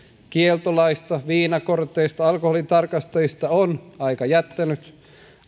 kieltolaista viinakorteista ja alkoholitarkastajista on aika jättänyt